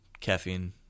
caffeine